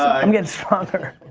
i'm getting stronger.